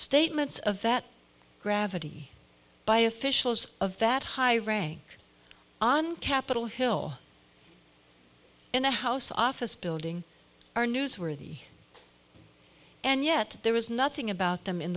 statements of that gravity by officials of that high rank on capitol hill in a house office building are newsworthy and yet there is nothing about them in